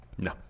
No